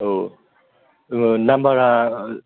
औ नाम्बारा